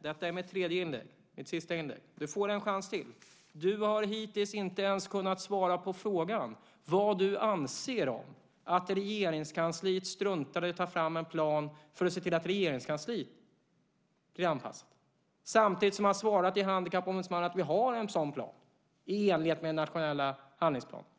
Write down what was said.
Detta är mitt tredje och sista inlägg. Du får en chans till. Du har hittills inte ens kunnat svara på frågan om vad du anser om att Regeringskansliet struntade i att ta fram en plan för att se till att Regeringskansliet blev anpassat. Samtidigt svarade man till Handikappombudsmannen: Vi har en sådan plan, i enlighet med den nationella handlingsplanen.